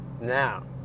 now